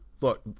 Look